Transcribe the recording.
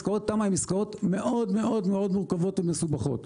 עסקאות תמ"א הן עסקאות מאוד-מאוד מורכבות ומסובכות